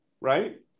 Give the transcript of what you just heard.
right